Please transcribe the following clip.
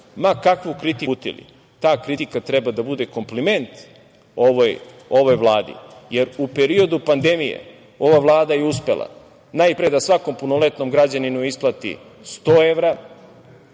ma kakvu kritiku uputili ta kritika treba da bude kompliment ovoj Vladi, jer u periodu pandemije ova Vlada je uspela najpre da svakom punoletnom građaninu isplati 100 evra,